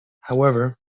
however